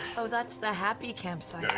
oh, that's the happy campsite.